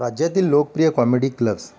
राज्यातील लोकप्रिय comedy clubs